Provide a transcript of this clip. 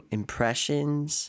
impressions